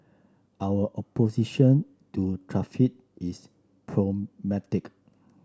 our opposition to is pragmatic